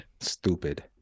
stupid